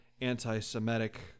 anti-Semitic